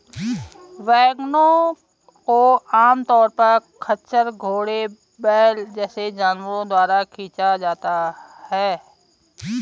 वैगनों को आमतौर पर खच्चर, घोड़े, बैल जैसे जानवरों द्वारा खींचा जाता है